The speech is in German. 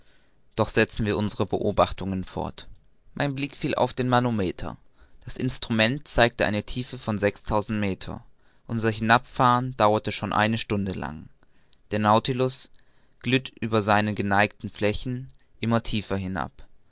doch setzen wir unsere beobachtungen fort mein blick fiel auf den manometer das instrument zeigte eine tiefe von sechstausend meter unser hinabfahren dauerte schon eine stunde lang der nautilus glitt über seinen geneigten flächen immer tiefer hinab